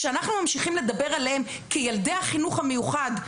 כשאנחנו ממשיכים לדבר עליהם כילדי החינוך המיוחד,